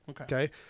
Okay